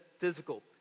physical